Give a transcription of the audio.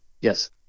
Yes